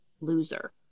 loser